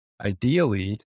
ideally